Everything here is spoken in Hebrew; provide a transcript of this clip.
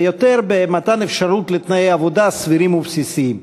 אלא יותר במתן אפשרות לתנאי עבודה סבירים ובסיסיים.